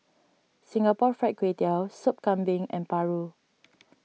Singapore Fried Kway Tiao Soup Kambing and Paru